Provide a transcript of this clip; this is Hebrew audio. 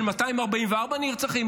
של 244 נרצחים?